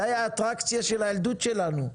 זו הייתה האטרקציה של הילדות שלנו.